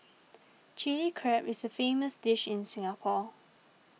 Chilli Crab is a famous dish in Singapore